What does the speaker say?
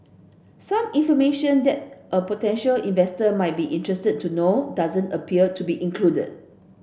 some information that a potential investor might be interested to know doesn't appear to be included